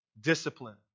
Discipline